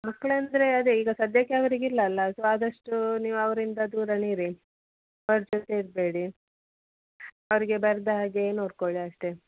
ಮಕ್ಕಳಂದ್ರೆ ಅದೇ ಈಗ ಸದ್ಯಕ್ಕೆ ಅವರಿಗಿಲ್ಲ ಅಲ್ವ ಸೊ ಆದಷ್ಟು ನೀವು ಅವರಿಂದ ದೂರವೇ ಇರಿ ಅವ್ರ ಜೊತೆ ಇರಬೇಡಿ ಅವರಿಗೆ ಬರದ ಹಾಗೆ ನೋಡಿಕೊಳ್ಳಿ ಅಷ್ಟೇ